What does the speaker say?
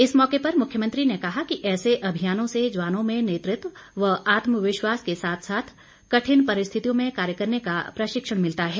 इस मौके पर मुख्यमंत्री ने कहा कि ऐसे अभियानों से जवानों में नेतृत्व व आत्मविश्वास के साथ साथ कठिन परिस्थितियों में कार्य करने का प्रशिक्षण मिलता है